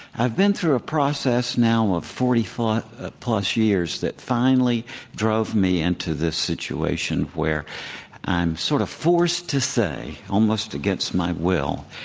i've been through a process now of forty ah plus years that finally drove me into this situation where i'm sort of forced to say, almost against my will,